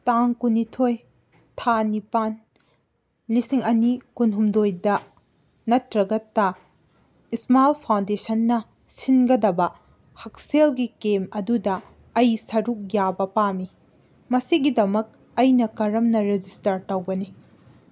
ꯇꯥꯡ ꯀꯨꯟ ꯅꯤꯊꯣꯏ ꯊꯥ ꯅꯤꯄꯥꯜ ꯂꯤꯁꯤꯡ ꯑꯅꯤ ꯀꯨꯟ ꯍꯨꯝꯗꯣꯏꯗ ꯅꯠꯇ꯭ꯔꯒ ꯇ ꯏꯁꯃꯥꯏꯜ ꯐꯥꯎꯟꯗꯦꯁꯟꯅ ꯁꯤꯟꯒꯗꯕ ꯍꯛꯁꯦꯜꯒꯤ ꯀꯦꯝ ꯑꯗꯨꯗ ꯑꯩ ꯁꯔꯨꯛ ꯌꯥꯕ ꯄꯥꯝꯃꯤ ꯃꯁꯤꯒꯤꯗꯃꯛ ꯑꯩꯅ ꯀꯔꯝꯅ ꯔꯦꯖꯤꯁꯇꯔ ꯇꯧꯒꯅꯤ